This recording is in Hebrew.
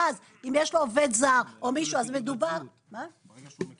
ואז, אם יש לו עובד זר, הוא מקיש.